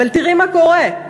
אבל תראי מה קורה,